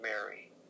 Mary